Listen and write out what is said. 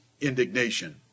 indignation